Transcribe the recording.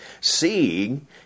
seeing